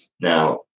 Now